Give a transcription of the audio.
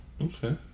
okay